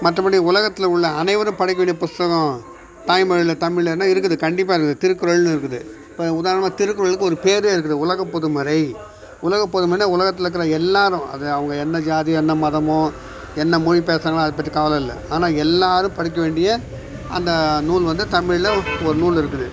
மற்றபடி உலகத்தில் உள்ள அனைவரும் படிக்க வேண்டிய புத்தகம் தாய்மொழியில தமிழ் என்ன இருக்குது கண்டிப்பாக இருக்குது திருக்குறள்னு இருக்குது இப்போ உதாரணமாக திருக்குறளுக்கு ஒரு பேரே இருக்குது உலக பொதுமறை உலக பொதுமறைன்னா உலகத்தில் இருக்கிற எல்லோரும் அது அவங்க என்ன ஜாதி என்ன மதமோ என்ன மொழி பேசுகிறாங்களோ அது பற்றி கவலையில்ல ஆனால் எல்லோரும் படிக்க வேண்டிய அந்த நூல் வந்து தமிழில் ஒரு நூல் இருக்குது